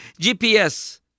GPS